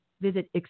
Visit